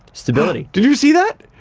stability. did you see that?